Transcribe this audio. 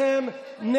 אין לך לגיטימציה.